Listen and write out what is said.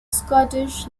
scottish